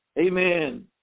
amen